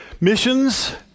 missions